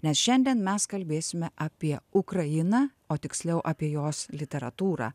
nes šiandien mes kalbėsime apie ukrainą o tiksliau apie jos literatūrą